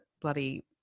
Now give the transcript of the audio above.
bloody